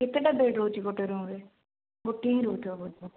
କେତେଟା ବେଡ଼୍ ରହୁଛି ଗୋଟେ ରୁମ୍ରେ ଗୋଟିଏ ହିଁ ରହୁଥିବ ବୋଧେ